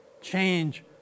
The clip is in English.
change